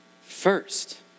First